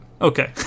Okay